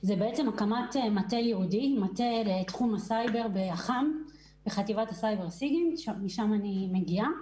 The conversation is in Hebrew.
הקמת מטה לתחום הסייבר בחטיבת הסייבר שמשם אני מגיעה.